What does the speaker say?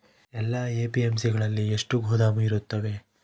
ಎಲ್ಲಾ ಎ.ಪಿ.ಎಮ್.ಸಿ ಗಳಲ್ಲಿ ಎಷ್ಟು ಗೋದಾಮು ಇರುತ್ತವೆ?